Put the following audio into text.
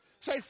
Say